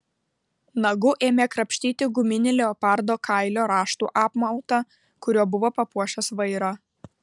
nagu ėmė krapštyti guminį leopardo kailio raštų apmautą kuriuo buvo papuošęs vairą